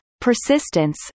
persistence